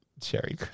Cherry